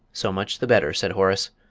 so much the better, said horace.